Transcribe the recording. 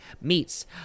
meats